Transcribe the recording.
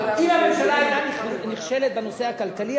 אם הממשלה היתה נכשלת בנושא הכלכלי,